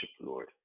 Lord